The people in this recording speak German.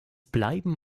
bleiben